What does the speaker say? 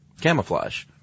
camouflage